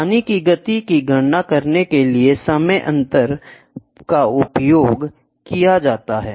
पानी की गति की गणना करने के लिए समय अंतर का उपयोग किया जाता है